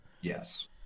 Yes